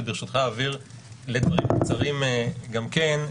וברשותך אעביר לדברים קצרים גם כן,